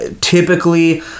typically